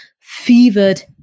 fevered